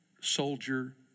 soldier